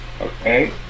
Okay